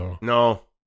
No